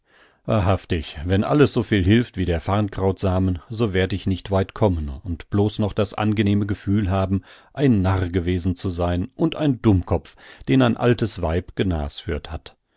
wahrhaftig wenn alles so viel hilft wie der farrnkrautsamen so werd ich nicht weit kommen und blos noch das angenehme gefühl haben ein narr gewesen zu sein und ein dummkopf den ein altes weib genasführt hat